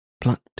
plucked